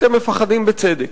אתם מפחדים בצדק.